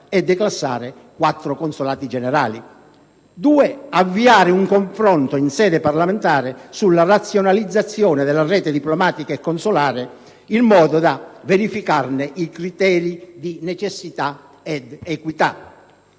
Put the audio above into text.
e declassare 4 Consolati generali; avviare un confronto in sede parlamentare sulla razionalizzazione della rete diplomatica e consolare, in modo da verificarne i criteri di necessità ed equità,